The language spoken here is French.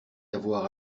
avoir